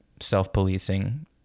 self-policing